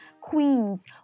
queens